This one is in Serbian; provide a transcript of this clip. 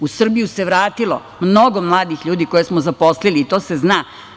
U Srbiju se vratilo mnogo mladih ljudi koje smo zaposlili i to se zna.